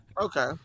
Okay